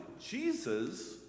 Jesus